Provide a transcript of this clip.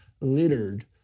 littered